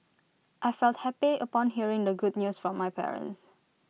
I felt happy upon hearing the good news from my parents